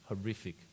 horrific